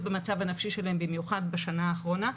במצב הנפשי שלהם במיוחד בשנה האחרונה,